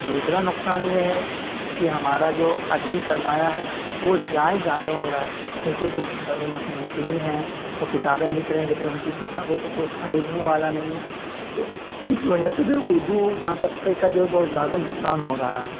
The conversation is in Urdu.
دوسرا نقصان یہ ہے کہ ہمارا جو ادبی سرمایہ ہے وہ ضائع زیادہ ہو رہا ہے کیوںکہ جو بڑے مصنفین ہیں وہ کتابیں لکھ رہے ہیں لیکن ان کی کتابوں کو کوئی خریدنے والا نہیں ہے تو اس وجہ سے بھی اردو داں طبقے کا جو ہے بہت زیادہ نقصان ہو رہا ہے